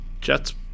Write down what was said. Jets